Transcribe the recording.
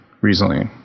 recently